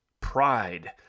pride